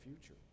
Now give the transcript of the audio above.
future